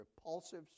repulsive